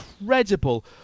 incredible